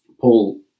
Paul